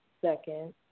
second